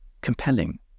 compelling